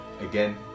again